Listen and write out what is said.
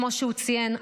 כמו שהוא ציין,